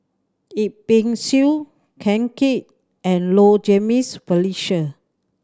Yip Pin Xiu Ken Seet and Low Jimenez Felicia